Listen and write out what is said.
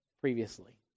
previously